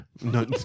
no